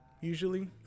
usually